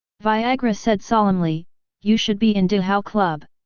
viagra said solemnly you should be in di hao club.